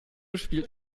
spielt